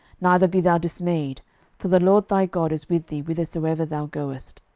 neither be thou dismayed for the lord thy god is with thee whithersoever thou goest.